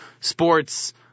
sports